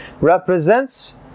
represents